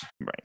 Right